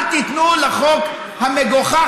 אל תיתנו לחוק המגוחך,